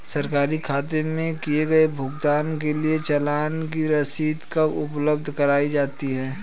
सरकारी खाते में किए गए भुगतान के लिए चालान की रसीद कब उपलब्ध कराईं जाती हैं?